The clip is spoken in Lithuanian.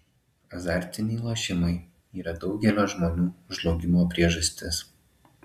azartiniai lošimai yra daugelio žmonių žlugimo priežastis